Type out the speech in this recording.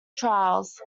trials